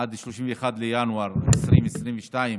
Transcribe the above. עד 31 בינואר 2022,